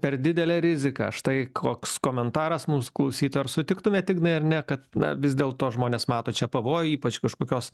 per didelė rizika štai koks komentaras mūsų klausytojo ar sutiktumėt ignai ar ne kad na vis dėlto žmonės mato čia pavojų ypač kažkokios